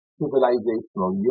civilizational